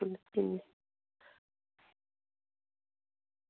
ठीक